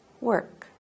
Work